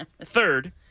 Third